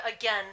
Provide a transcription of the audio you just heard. again